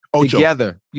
together